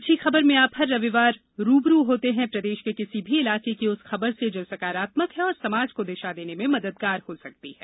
अच्छी खबर में आप हर रविवार रू ब रू होते हैं प्रदेश के किसी भी इलाके की उस खबर से जो सकारात्मक है और समाज को दिशा देने में मददगार हो सकती है